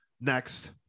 Next